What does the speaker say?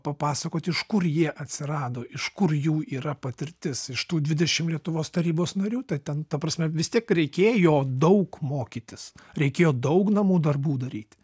papasakot iš kur jie atsirado iš kur jų yra patirtis iš tų dvidešim lietuvos tarybos narių tai ten ta prasme vis tiek reikėjo daug mokytis reikėjo daug namų darbų daryt